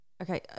okay